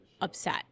upset